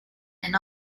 and